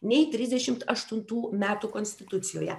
nei trisdešimt aštuntų metų konstitucijoje